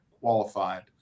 qualified